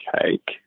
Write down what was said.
cake